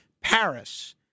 Paris